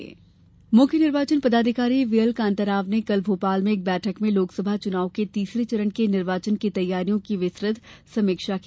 चुनाव समीक्षा मुख्य निर्वाचन पदाधिकारी व्हीएल कान्ता राव ने कल भोपाल में एक बैठक में लोकसभा चुनाव के तीसरे चरण के निर्वाचन की तैयारियों की विस्तृत समीक्षा की